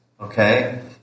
okay